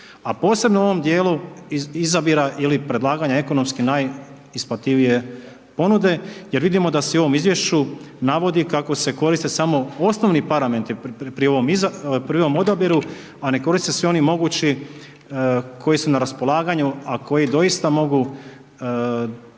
posebno u ovom dijelu izabira ili predlaganja ekonomski najisplativije ponude jer vidimo da se i u ovom izvješću navodi kako se koriste samo osnovni parametri pri ovom odabiru, a ne koriste se i oni mogući koji su na raspolaganju, a koji doista mogu za